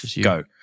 go